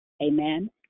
Amen